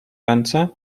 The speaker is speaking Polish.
ręce